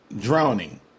drowning